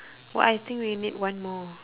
what I think we need one more